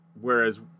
Whereas